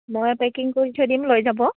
মই পেকিং কৰি থৈ দিম লৈ যাব